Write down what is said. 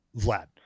Vlad